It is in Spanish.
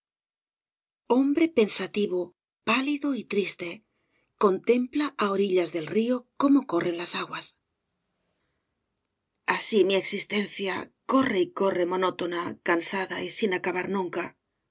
e pensativo pálido y triste contempla á orillas del río cómo corren las aguas así mi existencia c o r r e y c